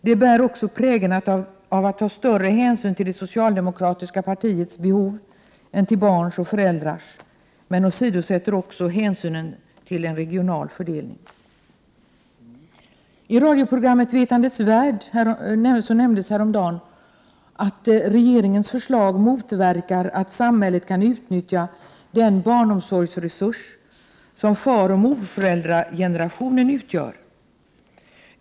Det bär också prägeln av att det tar större hänsyn till det socialdemokratiska partiets behov än till barns och föräldrars behov, men det åsidosätter också hänsynen till regional fördelning. I radioprogrammet Vetandets värld nämndes häromdagen att regeringens förslag motverkar att samhället kan utnyttja den barnomsorgsresurs som faroch morföräldragenerationen utgör.